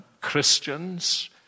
Christians